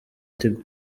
tigo